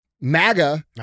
MAGA